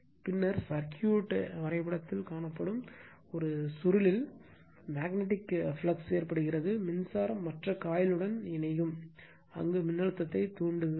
பின்னர் சர்க்யூட் வரைபடத்தில் காணப்படும் ஒரு சுருளில் மேக்னட்டிக் பாய்வு ஏற்படுகிறது மின்சாரம் மற்ற காயிலுடன் இணைகிறது அங்கு மின்னழுத்தத்தை தூண்டுகிறது